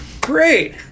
great